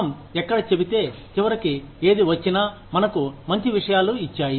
మనం ఎక్కడ చెబితే చివరికి ఏది వచ్చినా మనకు మంచి విషయాలు ఇచ్చాయి